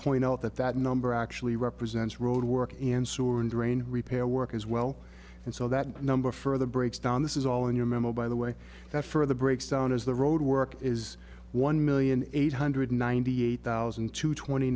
point out that that number actually represents roadwork and sewer and drain repair work as well and so that number further breaks down this is all in your memo by the way that further breaks down as the roadwork is one million eight hundred ninety eight thousand to twenty